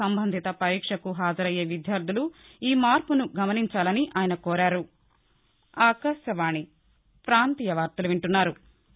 సంబంధిత పరీక్షకు హాజరయ్యే విద్యార్దులు ఈ మార్పును గమనించాలని ఆయన కోరారు